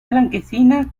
blanquecinas